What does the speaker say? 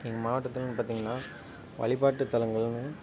எங்கள் மாவட்டத்துலன்னு பார்த்தீங்கனா வழிப்பாட்டுத்தலங்கள்னு